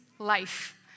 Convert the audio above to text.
life